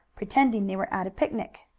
pretending they were at a picnic.